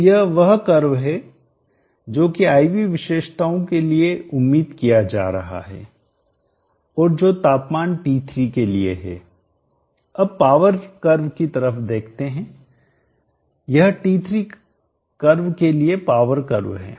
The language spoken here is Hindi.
तो यह वह कर्व है जो कि I V विशेषताओं के लिए उम्मीद किया जा रहा है और जो तापमान T3 के लिए है अब पावर कर्व की तरफ देखते हैं यह T3 कर्व के लिए पावर कर्व है